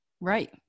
Right